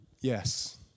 Yes